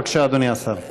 בבקשה, אדוני השר.